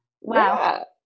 Wow